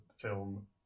film